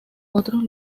otros